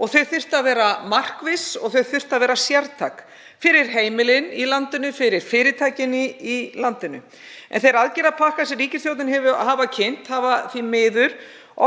Þau þyrftu að vera markviss og þau þyrftu að vera sértæk fyrir heimilin í landinu, fyrir fyrirtækin í landinu. En þeir aðgerðapakkar sem ríkisstjórnin hefur kynnt hafa því miður